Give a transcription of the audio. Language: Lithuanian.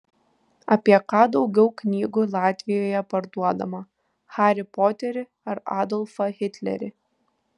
apie ką daugiau knygų latvijoje parduodama harį poterį ar adolfą hitlerį